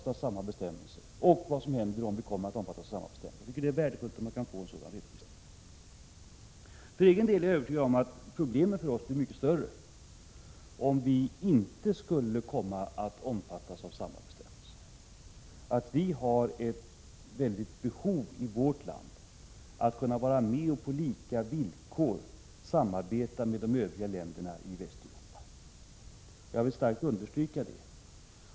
Dessa önskemål framfördes ju också av Per-Ola Eriksson. Jag delar alltså hans uppfattning att 33 det vore värdefullt att få en sådan redovisning. För egen del är jag övertygad om att problemen för Sverige blir mycket större, om vi inte kommer att omfattas av samma bestämmelser som länderna inom Europeiska gemenskapen. Vi har i vårt land ett stort behov av att få samarbeta med de övriga länderna i Västeuropa på lika villkor. Jag vill starkt understryka det förhållandet.